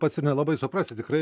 pats ir nelabai suprasi tikrai